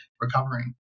recovering